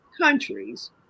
countries